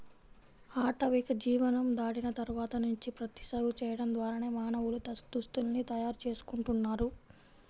ఆటవిక జీవనం దాటిన తర్వాత నుంచి ప్రత్తి సాగు చేయడం ద్వారానే మానవులు దుస్తుల్ని తయారు చేసుకుంటున్నారు